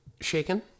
Shaken